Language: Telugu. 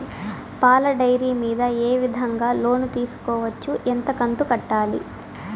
పాల డైరీ మీద ఏ విధంగా లోను తీసుకోవచ్చు? ఎంత కంతు కట్టాలి?